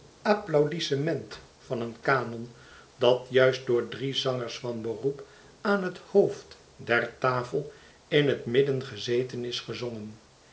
applaudissement van een canon datjuist door drie zangers van beroep aan het hoofd der tafel in het midden gezeten is gezongen